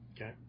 Okay